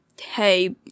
hey